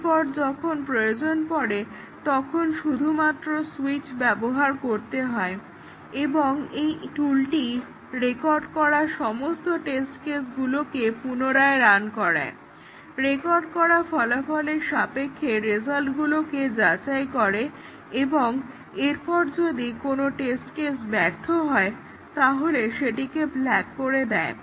এরপর যখন প্রয়োজন পড়ে তখন শুধুমাত্র সুইচ ব্যবহার করতে হয় এবং এই টুলটি রেকর্ড করা সমস্ত টেস্ট কেসগুলোকে পুনরায় রান করায় রেকর্ড করা ফলাফলের সাপেক্ষে রেজাল্টগুলোকে যাচাই করে এবং তারপর যদি কোনো টেস্ট কেস ব্যর্থ হয় তাহলে সেটিকে ফ্ল্যাগ করে দেয়